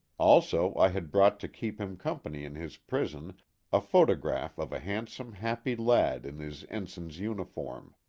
also i had brought to keep him company in his prison a photograph of a handsome happy lad in his ensign's uniform.